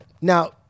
Now